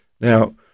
Now